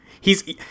He's-